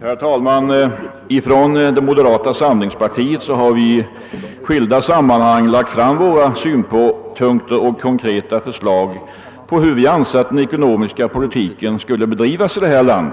Herr talman! Vi har från moderata samlingspartiet i skilda sammanhang framfört synpunkter och konkreta förslag i linje med vår uppfattning om hur den ekonomiska politiken borde bedrivas i vårt land.